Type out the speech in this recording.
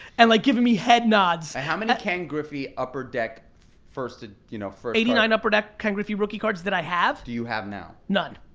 and like giving me head nods. how many ken griffey upper deck first ah you know eighty nine upper deck ken griffey griffey cards that i have? do you have now? none.